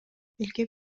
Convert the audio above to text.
элге